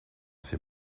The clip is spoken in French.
ces